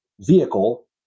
vehicle